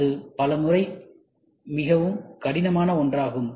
அது பலமுறை மிகவும் கடினமான ஒன்றாகும்